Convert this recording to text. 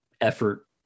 effort